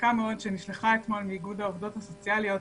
חזקה מאוד שנשלחה אתמול מאיגוד העובדות הסוציאליות